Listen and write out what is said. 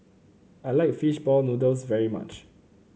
I like fish ball noodles very much